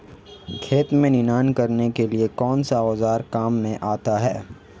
खेत में निनाण करने के लिए कौनसा औज़ार काम में आता है?